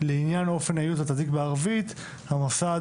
לעניין אופן האיות בתעתיק בערבית המוסד